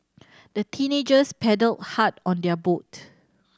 the teenagers paddled hard on their boat